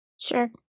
Sure